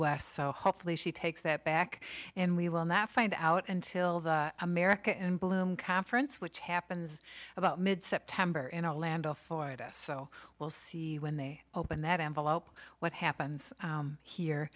midwest so hopefully she takes that back and we will not find out until the america in bloom conference which happens about mid september in orlando florida so we'll see when they open that envelope what happens here